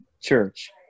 church